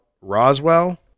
Roswell